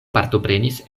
partoprenis